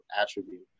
attribute